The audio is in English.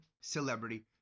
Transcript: celebrity